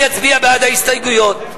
אני אצביע בעד ההסתייגויות.